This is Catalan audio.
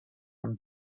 amb